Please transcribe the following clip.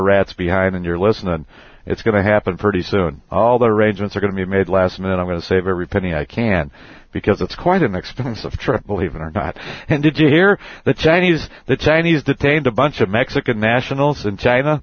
rat's behind in your lesson it's going to happen pretty soon all the arrangements are going to be made last minute i'm going to save every penny i can because it's quite an expensive trip believe it or not and did you hear the chinese the chinese detained a bunch of mexican nationals in china